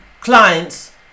clients